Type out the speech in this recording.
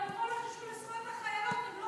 אבל בכל מה שקשור לזכויות החיילות הן לא